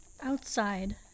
Outside